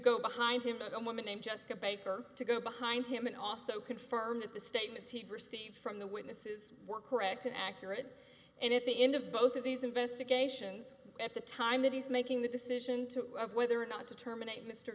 go behind him but the woman named just a paper to go behind him and also confirm that the statements he received from the witnesses were correct and accurate and at the end of both of these investigations at the time that he's making the decision to whether or not to terminate mr